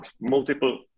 multiple